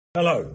Hello